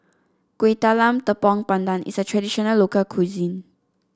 Kueh Talam Tepong Pandan is a traditional local cuisine